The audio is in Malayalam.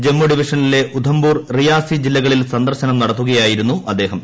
ജമ്മു ഡിവിഷനിലെ ഉധംപൂർ റിയാസി ജില്ലകളിൽ സന്ദർശനം നടത്തുകയായിരുന്നു അദ്ദേഹം